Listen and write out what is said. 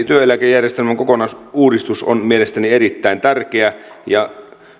työeläkejärjestelmän kokonaisuudistus on mielestäni erittäin tärkeä ja